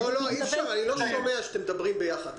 --- אי-אפשר, אני לא שומע כשאתם מדברים ביחד.